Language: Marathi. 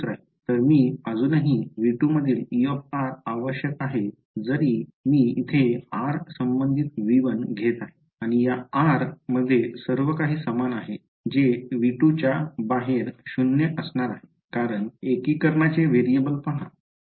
तर मी अजूनही V2 मधील E आवश्यक आहे जरी मी येथे r संबंधित V1 घेत आहे आणि या r मध्ये सर्व काही समान आहे जे V2च्या बाहेर 0 असणार आहे कारण एकीकरणाचे व्हेरिएबल पहा